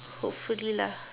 hopefully lah